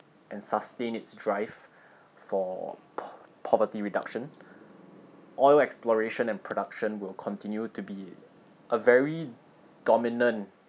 and sustain its drive for po~ poverty reduction oil exploration and production will continue to be a very dominant